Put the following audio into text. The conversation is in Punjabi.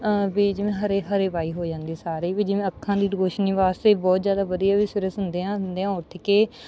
ਵੀ ਜਿਵੇਂ ਹਰੇ ਹਰੇਵਾਈ ਹੋ ਜਾਂਦੀ ਸਾਰੇ ਵੀ ਜਿਵੇਂ ਅੱਖਾਂ ਦੀ ਰੋਸ਼ਨੀ ਵਾਸਤੇ ਬਹੁਤ ਜ਼ਿਆਦਾ ਵਧੀਆ ਵੀ ਹੁੰਦਿਆਂ ਉੱਠ ਕੇ